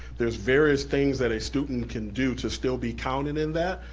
there's various things that a student can do to still be counted in that.